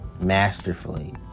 masterfully